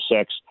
six